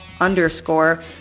underscore